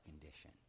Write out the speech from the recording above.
condition